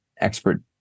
expert